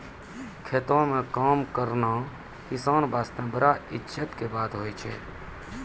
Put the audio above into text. खेतों म काम करना किसान वास्तॅ बड़ा इज्जत के बात होय छै